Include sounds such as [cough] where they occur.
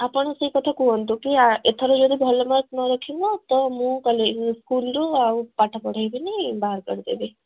ଆପଣ ସେଇ କଥା କୁହନ୍ତୁ କି ଏଥର ଯଦି ଭଲ ମାର୍କ ନରଖିବ ତ ମୁଁ [unintelligible] ସ୍କୁଲରୁ ଆଉ ପାଠ ପଢ଼ାଇବିନି ବାହାର କରିଦେବି